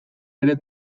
ere